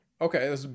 Okay